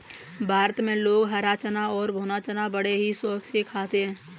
भारत में लोग हरा चना और भुना चना बड़े ही शौक से खाते हैं